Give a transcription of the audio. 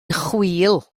chwil